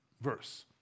verse